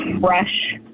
fresh